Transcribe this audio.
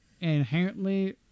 inherently